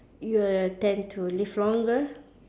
you will tend to live longer